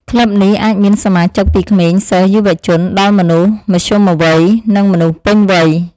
ក្លឹបនេះអាចមានសមាជិកពីក្មេងសិស្ស យុវជន ដល់មនុស្សមធ្យមវ័យ និងមនុស្សពេញវ័យ